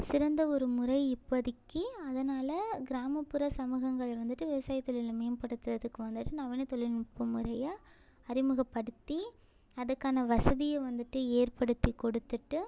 சிறந்த ஒரு முறை இப்பதைக்கி அதனால் கிராமப்புற சமூகங்கள் வந்துட்டு விவசாயத்தொழிலை மேம்படுத்துகிறதுக்கு வந்துட்டு நவீன தொழில்நுட்ப முறையை அறிமுகப்படுத்தி அதுக்கான வசதியை வந்துட்டு ஏற்படுத்தி கொடுத்துட்டு